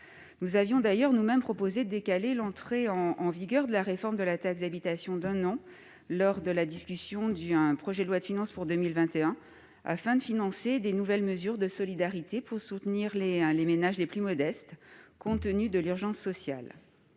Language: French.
Nous avions d'ailleurs nous-mêmes proposé de décaler l'entrée en vigueur de la réforme de la taxe d'habitation d'un an, lors de la discussion du projet de loi de finances pour 2021, afin de financer de nouvelles mesures de solidarité pour soutenir les ménages les plus modestes, compte tenu de l'urgence sociale.